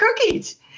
cookies